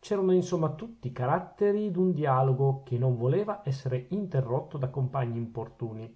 c'erano insomma tutti i caratteri d'un dialogo che non voleva essere interrotto da compagni importuni